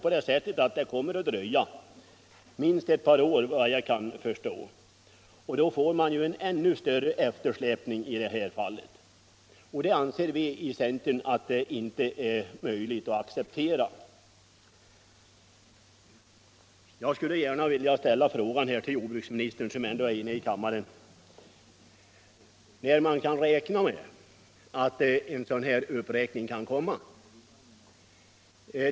Men enligt vad jag har förstått kommer det att dröja minst ett par år, och under den tiden får vi ju en ännu starkare eftersläpning. Det anser vi i centern vara omöjligt att acceptera. Då jordbruksministern är inne i kammaren nu vill jag fråga honom: När kan man räkna med att en sådan uppräkning som vi har föreslagit kan ske?